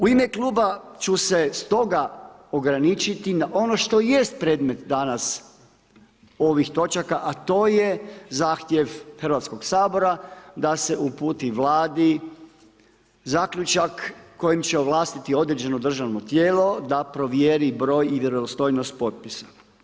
U ime kluba ću se stoga ograničiti na ono što jest predmet danas ovih točaka, a to je zahtjev Hrvatskog sabora da se uputi vladi zaključak kojim će ovlastiti određeno državno tijelo, da provjeri broj i vjerodostojnost potpisa.